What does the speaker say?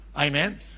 Amen